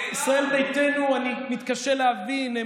חברי ישראל ביתנו, ולכן הינה הם,